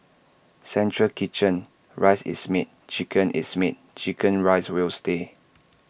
central kitchen rice is made chicken is made Chicken Rice will stay